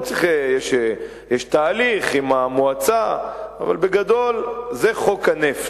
יש תהליך עם המועצה, אבל בגדול, זה חוק הנפט.